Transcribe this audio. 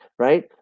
Right